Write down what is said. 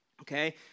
Okay